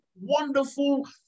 wonderful